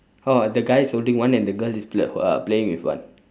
ha the guy is holding one and the girl is uh playing with one